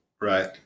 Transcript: Right